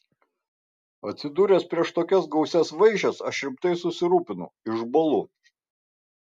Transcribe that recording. atsidūręs prieš tokias gausias vaišes aš rimtai susirūpinu išbąlu